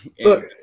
Look